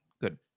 Good